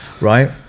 right